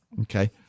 Okay